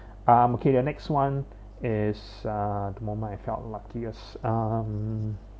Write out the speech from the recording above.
um okay the next one is uh the moment I felt luckiest um